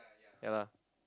ya lah